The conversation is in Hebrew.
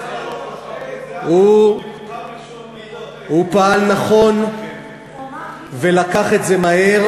הוא פעל נכון ולקח את זה מהר,